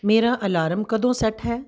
ਮੇਰਾ ਅਲਾਰਮ ਕਦੋਂ ਸੈੱਟ ਹੈ